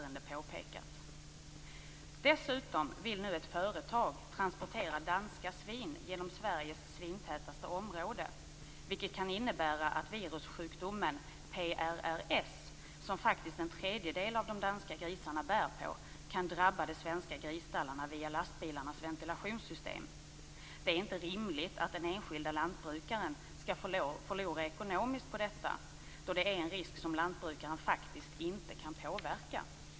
Ett företag vill nu transportera danska svin genom Sveriges svintätaste område, vilket kan innebära att virussjukdomen PRRS, som faktiskt en tredjedel av de danska grisarna bär på, kan drabba de svenska grisstallarna via lastbilarnas ventilationssystem. Det är inte rimligt att den enskilde lantbrukaren skall förlora ekonomiskt på detta, då det är en risk som lantbrukaren faktiskt inte kan påverka.